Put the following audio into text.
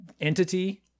entity